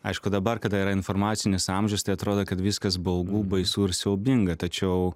aišku dabar kada yra informacinis amžius tai atrodo kad viskas baugu baisu ir siaubinga tačiau